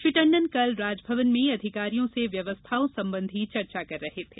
श्री टंडन कल राजभवन में अधिकारियों से व्यवस्थाओं संबंधी चर्चा कर रहे थे